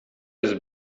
jest